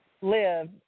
live